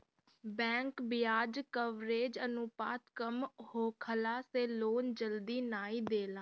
bank बियाज coverage अनुपात कम होखला से लोन जल्दी नाइ देला